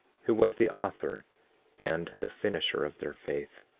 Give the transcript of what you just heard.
who was the author and the finisher of their faith.